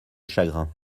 chagrin